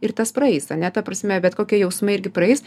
ir tas praeis ane ta prasme bet kokie jausmai irgi praeis